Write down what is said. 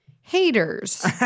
haters